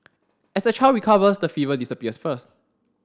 as the child recovers the fever disappears first